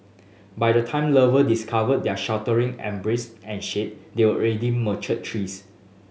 by the time lover discovered their sheltering embrace and shade they already mature trees